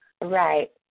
right